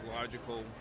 logical